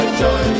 joy